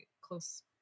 close